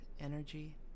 Energy